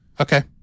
Okay